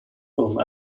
film